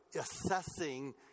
assessing